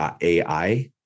AI